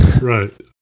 Right